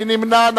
מי נמנע?